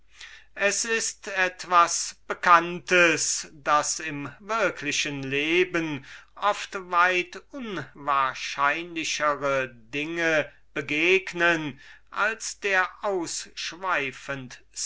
es ist etwas bekanntes daß öfters im menschlichen leben weit unwahrscheinlichere dinge begegnen als der